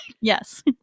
Yes